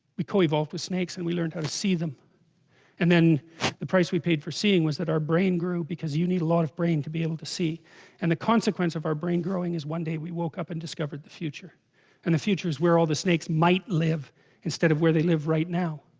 co evolve with snakes and we learned how to see them and then the price, we paid for seeing? was that our brain grew because you need a lot of brain to be able to see and the consequence of our brain growing is one day we woke up and discovered the future and the future where all the snakes might live instead of where they live right now